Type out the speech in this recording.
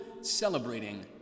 celebrating